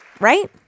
right